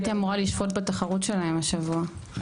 הייתי אמורה לשפוט בתחרות שלהם השבוע,